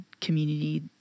community